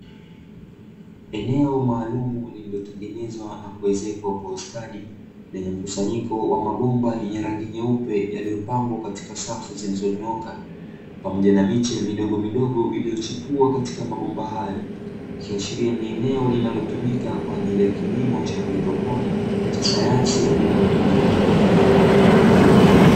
Eneo maalum limetengenezwa na kuwezeshwa kwa ustadi wenye mkusanyiko wa mabomba yenye rangi nyeupe iliyopangwa katika safu zilizonyoka pamoja na miche midogo midogo iliyochukua katika mabomba hayo sheria ni eneo linalotumika kwa ajili ya kilimo cha hydroponi kisayansi ya bila kutumia udongo.